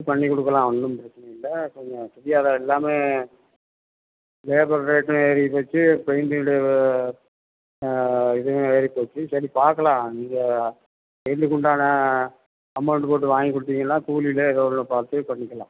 பண்ணிக் கொடுக்கலாம் ஒன்றும் பிரச்சினை இல்லை கொஞ்சம் ப்ரீயாக எல்லாமே லேபர் ரேட்டும் ஏறி போச்சு பெயிண்டிங்னுடைய வ இதுவும் ஏறி போச்சு சரி பார்க்கலாம் நீங்கள் பெயிண்ட்டுக்கு உண்டான அமௌண்ட்டு போட்டு வாங்கி கொடுத்திங்கன்னா கூலிலே ஏதாே ஒன்று பார்த்து பண்ணிக்கலாம்